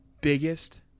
biggest